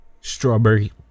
strawberry